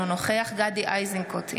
אינו נוכח גדי איזנקוט,